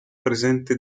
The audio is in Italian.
presente